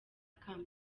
kampala